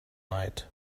night